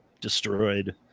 destroyed